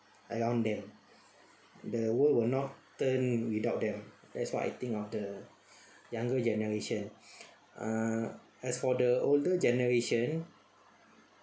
around them the world will not turn without them that's what I think of the younger generation err as for the older generation